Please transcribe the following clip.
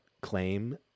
claim